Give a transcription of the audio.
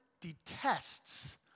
detests